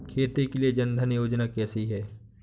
खेती के लिए जन धन योजना कैसी है?